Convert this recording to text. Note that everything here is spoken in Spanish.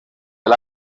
del